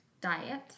diet